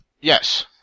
Yes